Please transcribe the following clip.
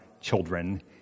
children